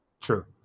true